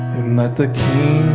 that the king